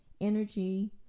Energy